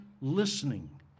listening